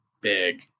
big